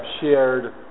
shared